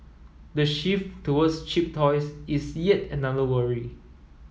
the shift towards cheap toys is yet another worry